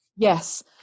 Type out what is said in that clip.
Yes